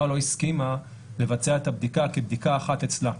לא הסכימה לבצע את הבדיקה כבדיקה אחת אצלה.